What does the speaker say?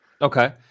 okay